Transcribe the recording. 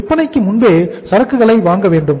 விற்பனைக்கு முன்பே சரக்குகளை வாங்க வேண்டும்